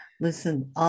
Listen